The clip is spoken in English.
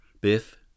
Biff